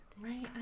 Right